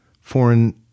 foreign